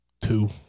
Two